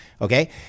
Okay